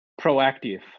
proactive